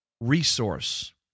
resource